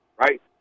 right